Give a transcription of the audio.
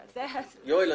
יואל,